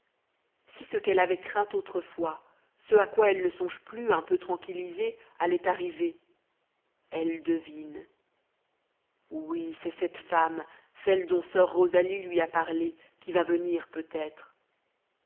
si ce qu'elle avait craint autrefois ce à quoi elle ne songe plus un peu tranquillisée allait arriver elle devine oui c'est cette femme celle dont soeur rosalie lui a parlé qui va venir peut-être